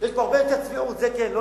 יש פה הרבה יותר צביעות, זה כן.